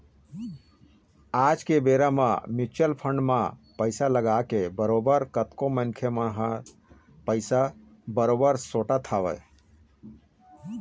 आज के बेरा म म्युचुअल फंड म पइसा लगाके बरोबर कतको मनखे मन ह पइसा बरोबर सोटत हवय